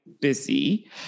busy